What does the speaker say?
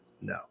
no